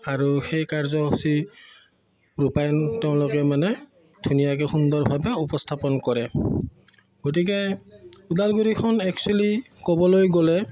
আৰু সেই কাৰ্যসূচী ৰূপায়ন তেওঁলোকে মানে ধুনীয়াকৈ সুন্দৰভাৱে উপস্থাপন কৰে গতিকে ওদালগুৰিখন একচুৱেলি ক'বলৈ গ'লে